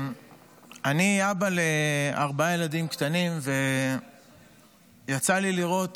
אני אבא לארבעה ילדים קטנים, ויצא לי לראות